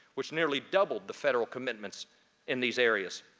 which nearly doubled the federal commitments in these areas.